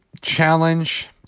challenge